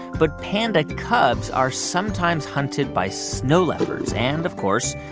but panda cubs are sometimes hunted by snow leopards. and, of course,